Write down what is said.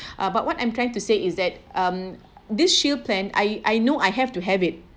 uh but what I'm trying to say is that um this shield plan I I know I have to have it